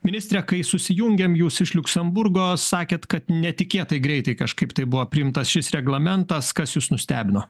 ministre kai susijungėm jūs iš liuksemburgo sakėt kad netikėtai greitai kažkaip tai buvo priimtas šis reglamentas kas jus nustebino